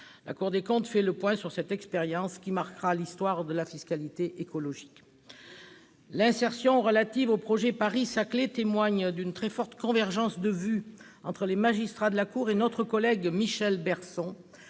La Cour des comptes fait le point sur cette expérience qui marquera l'histoire de la fiscalité écologique. L'insertion relative au projet Paris-Saclay témoigne d'une très forte convergence de vue entre les magistrats de la Cour et notre collègue Michel Berson,